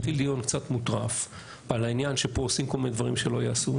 התחיל דיון קצת מוטרף על העניין שפה עושים כל מיני דברים שלא ייעשו,